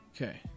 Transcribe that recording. Okay